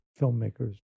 filmmakers